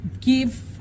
give